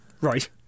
Right